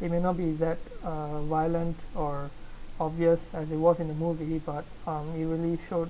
it may not be that uh violent or obvious as it was in the movie but um it really showed